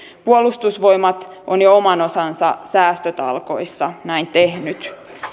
puolustusvoimat on jo oman osansa säästötalkoissa näin tehnyt